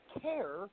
care